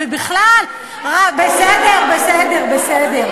ובכלל, בסדר, בסדר, בסדר.